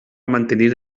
mantenir